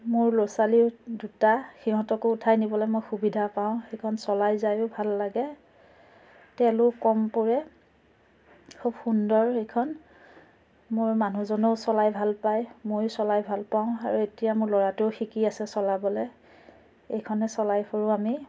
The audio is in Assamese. মোৰ ল'ৰা ছোৱালী দুটা সিহঁতকো উঠাই নিবলৈ মই সুবিধা পাওঁ সেইখন চলাই যায়ো ভাল লাগে তেলো কম পৰে খুব সুন্দৰ সেইখন মোৰ মানুহ জনেও চলাই ভাল পায় ময়ো চলাই ভাল পাওঁ আৰু এতিয়া মোৰ ল'ৰাটোয়েও শিকি আছে চলাবলৈ এইখনে চলাই ফুৰোঁ আমি